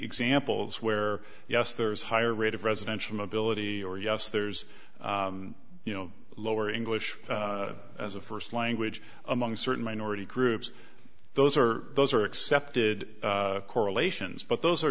examples where yes there's a higher rate of residential mobility or yes there's you know lower english as a first language among certain minority groups those are those are accepted correlations but those are